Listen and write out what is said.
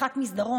שיחת מסדרון,